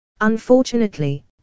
Unfortunately